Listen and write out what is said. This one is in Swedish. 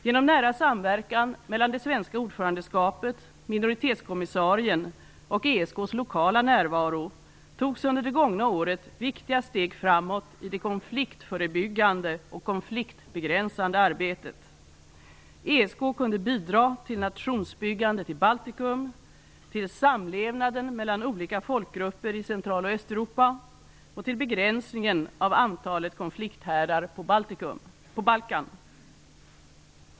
Genom nära samverkan mellan det svenska ordförandeskapet, minoritetskommissarien och ESK:s lokala närvaro togs under det gångna året viktiga steg framåt i det konfliktförebyggande och konfliktbegränsande arbetet. ESK kunde bidra till nationsbyggandet i Baltikum, till samlevnaden mellan olika folkgrupper i Central och Östeuropa och till begränsningen av antalet konflikthärdar på Balkan.